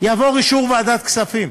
יעבור אישור ועדת כספים.